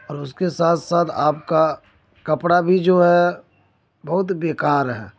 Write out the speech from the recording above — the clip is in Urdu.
اور اس کے ساتھ ساتھ آپ کا کپڑا بھی جو ہے بہت بیکار ہے